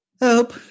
help